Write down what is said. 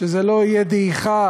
שזה לא יהיה דעיכה